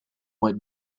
might